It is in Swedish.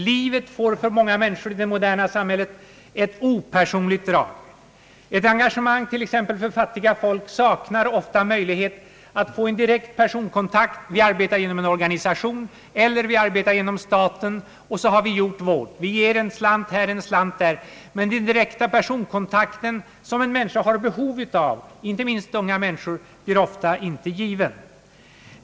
Livet får för många människor i det moderna samhället ett opersonligt drag. Ett engagemang för t.ex. fattiga folk saknar ofta möjlighet att få en direkt personkontakt. Vi arbetar genom en organisation eller genom staten, och sedan anser vi att vi har gjort vårt. Vi ger en slant här, en slant där. Men det är den direkta personkontakten som en människa har behov av. Detta gäller inte minst för unga människor, och denna personkontakt blir ofta inte given.